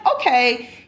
okay